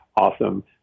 awesome